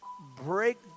break